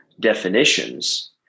definitions